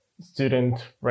student